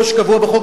כמו שקבוע בחוק,